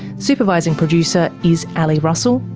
supervising producer is ali russell.